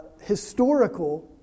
historical